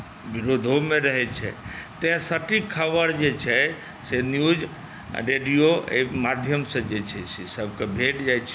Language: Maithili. विरोधोमे रहैत छै तैँ सटीक खबर जे छै से न्यूज़ आ रेडियो एहि माध्यमसँ जे छै से सभकेँ भेट जाइत छै